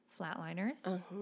Flatliners